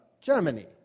Germany